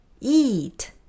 Eat